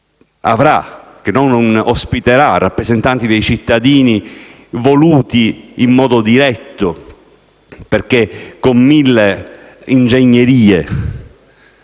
che non ospiterà rappresentanti dei cittadini voluti in modo diretto, perché con mille ingegnerie